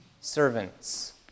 Servants